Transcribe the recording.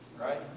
right